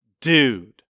dude